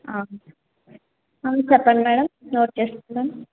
చెప్పండి madam note చేసుకుంటాను